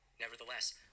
Nevertheless